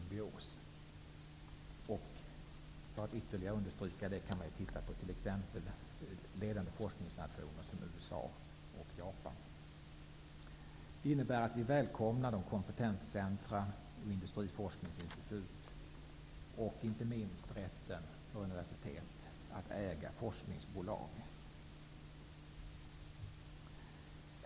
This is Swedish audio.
Jag kan, för att ytterligare understryka vikten av detta, hänvisa exempelvis till ledande forskningsnationer som USA och Japan. Vi välkomnar alltså dessa kompetenscentrum, industriforskningsinstitut och, inte minst, universitetens rätt att äga forskningsbolag.